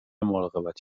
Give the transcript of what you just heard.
مراقبت